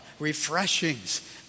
refreshings